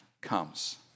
comes